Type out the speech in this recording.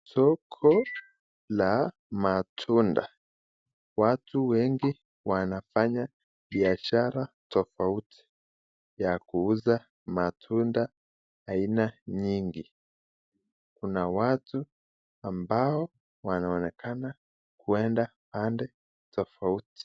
Soko za matunda. Watu wengi wanafanya biashara tofauti ya kuuza matunda aina nyingi. Kuna watu ambao wanaonekana kuenda pande tofauti.